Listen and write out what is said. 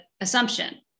assumption